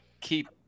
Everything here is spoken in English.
keep